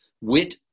wit